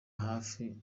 hafi